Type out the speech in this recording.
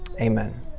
Amen